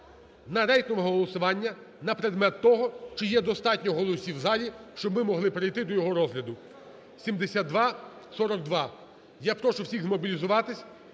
на рейтингове голосування на предмет того, чи є достатньо голосів у залі, щоб ми могли перейти до його розгляду (7242). Я прошу всіх змобілізуватися